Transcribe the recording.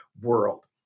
world